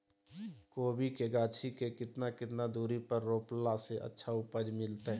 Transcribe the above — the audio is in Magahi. कोबी के गाछी के कितना कितना दूरी पर रोपला से अच्छा उपज मिलतैय?